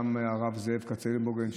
גם הרב זאב קצנלבוגן,